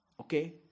okay